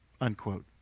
Unquote